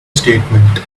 statement